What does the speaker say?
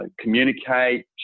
Communicate